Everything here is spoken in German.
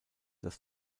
das